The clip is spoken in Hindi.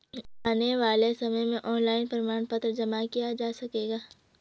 आने वाले समय में ऑनलाइन प्रमाण पत्र जमा किया जा सकेगा